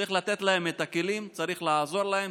צריך לתת להם את הכלים, צריך לעזור להם.